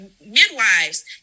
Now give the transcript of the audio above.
midwives